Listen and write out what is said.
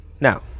Now